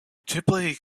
typically